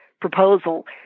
proposal